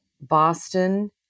Boston